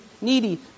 needy